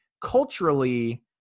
culturally